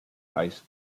país